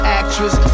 actress